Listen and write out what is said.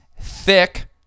thick